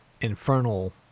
infernal